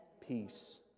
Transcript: peace